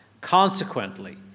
consequently